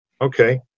Okay